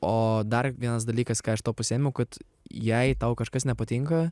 o dar vienas dalykas ką iš to pasiėmiau kad jei tau kažkas nepatinka